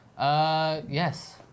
Yes